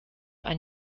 ein